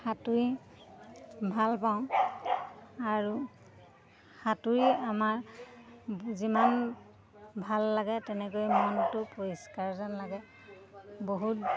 সাঁতুৰি ভাল পাওঁ আৰু সাঁতুৰি আমাৰ যিমান ভাল লাগে তেনেকৈ মনটো পৰিষ্কাৰ যেন লাগে বহুত